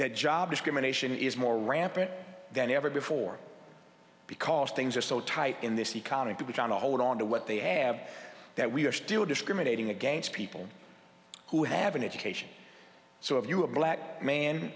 that job discrimination is more rampant than ever before because things are so tight in this economy people trying to hold on to what they have that we are still discriminating against people who have an education so if you a black man